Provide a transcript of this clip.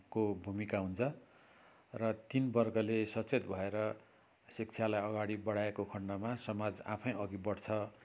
को भूमिका हुन्छ र तिन वर्गले सचेत भएर शिक्षालाई अघि बढाएको खण्डमा समाज आफै अघि बढ्छ